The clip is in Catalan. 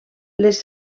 les